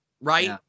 right